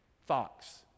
fox